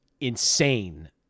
insane